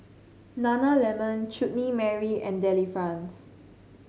nana lemon Chutney Mary and Delifrance